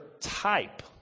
type